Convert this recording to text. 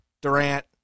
Durant